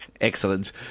Excellent